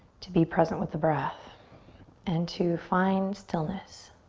to be present with the breath and to find stillness.